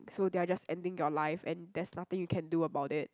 so they are just ending your life and there's nothing you can do about it